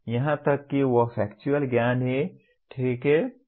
यहां तक कि वह फैक्चुअल ज्ञान है ठीक है